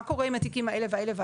מה קורה עם התיקים האלה והאלה?